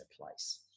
place